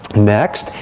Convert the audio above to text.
next,